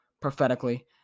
prophetically